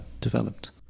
developed